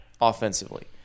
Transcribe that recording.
offensively